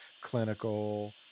clinical